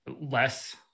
less